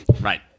Right